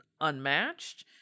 Unmatched